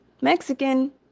Mexican